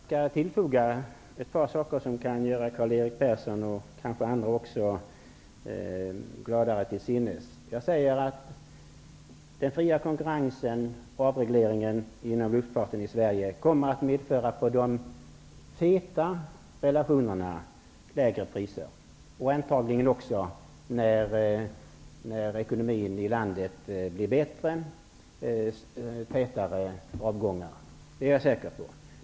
Herr talman! Jag vill tillfoga ett par saker som kan göra Karl-Erik Persson och kanske också andra gladare till sinnes. Den fria konkurrensen och avregleringen inom luftfarten i Sverige kommer att medföra lägre priser. När ekonomin i landet blir bättre, blir det antagligen också tätare avgångar. Det är jag säker på.